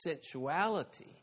sensuality